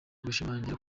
gushimangira